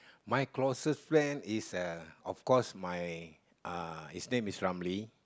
my closest friend is uh of course my uh his name is Ramley